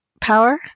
power